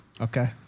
Okay